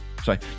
Sorry